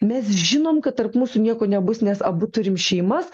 mes žinom kad tarp mūsų nieko nebus nes abu turim šeimas